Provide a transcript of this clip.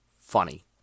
funny